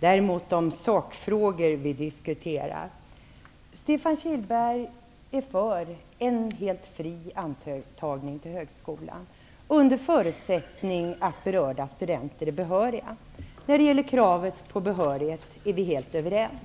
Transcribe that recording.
däremot bemöta Stefan Kihlberg då det gäller de sakfrågor vi diskuterar. Stefan Kihlberg är för en helt fri antagning till högskolan under förutsättning att berörda studenter är behöriga. När det gäller kravet på behörighet är vi helt överens.